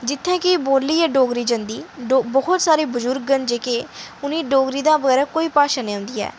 जित्थै कि बोल्ली गै डोगरी जंदी ऐ बहुत सारे बजुर्ग न जेह्के उ'नें गी डोगरी दे बगैरा कोई भाशा नेई औंदी ऐ